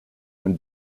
when